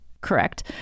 correct